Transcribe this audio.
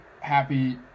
happy